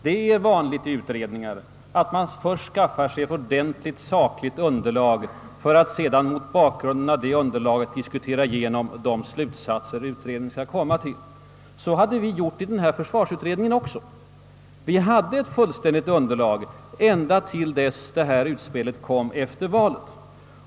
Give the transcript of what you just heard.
Det är vanligt i utredningar att man först skaffar sig ett ordentligt sakligt underlag för att sedan mot bakgrunden av detta diskutera igenom de slutsatser utredningen skall komma till. Så hade vi gjort i vår försvarsutredning också. Vi hade ett fullständigt underlag ända till dess utspelet kom efter valet.